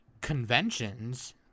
conventions